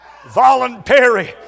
Voluntary